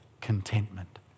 contentment